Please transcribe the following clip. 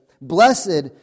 Blessed